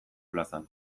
plazan